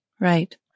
Right